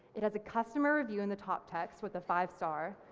it has a customer review in the top text with a five-star,